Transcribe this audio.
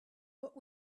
what